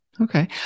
Okay